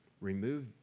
Remove